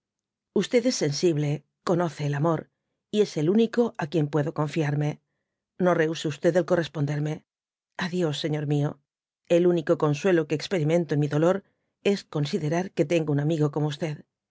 es sensible conoce el amor y es el único á quien puedo confiarme no rehuse el eorresponderme a dios señor mió el único oonsiíelo que experimento en mi dolor es considerar que tengo un amigo como